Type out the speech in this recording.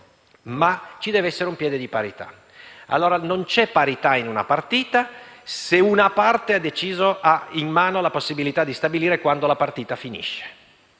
ma ci deve essere un piede di parità. Non c'è parità in una partita se una parte ha in mano la possibilità di stabilire quando la partita finisce.